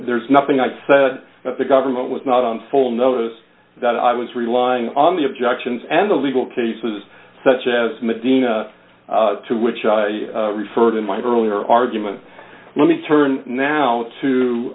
there's nothing i said that the government was not on full notice that i was relying on the objections and the legal cases such as medina to which i referred in my earlier argument let me turn now